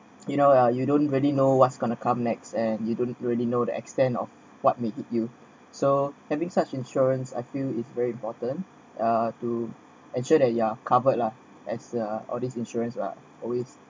you know uh you don't really know what's gonna come next and you don't really know the extent of what may eat you so having such insurance I feel is very important uh to ensure that you ah covered lah as a all these insurance are always